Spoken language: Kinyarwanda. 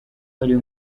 ariho